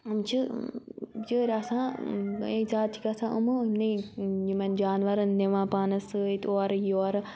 چھِ چٲرۍ آسان ییٚمہِ ساتہٕ چھِ گژھان یِمہٕ یِمنٕے یِمَن جاناوَارَن نِوان پانَس سۭتۍ اورٕ یورٕ